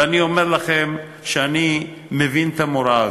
ואני אומר לכם שאני מבין את המורה הזאת,